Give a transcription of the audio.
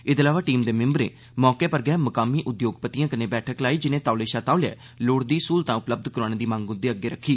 एह्दे अलावा टीम दे मैम्बरें मौके पर गै मुकामी उद्योगपतिए कन्नै बैठक लाई जिनें तौले शा तौले लोड़चदी स्हूलतां उपलब्य करोआने दी मंग उंदे अग्गे रक्खी